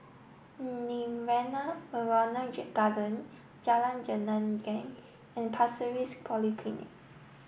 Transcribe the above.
Nirvana Memorial Garden Jalan Gelenggang and Pasir Ris Polyclinic